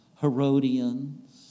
Herodians